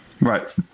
Right